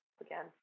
again